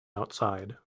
outside